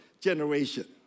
generation